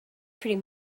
pretty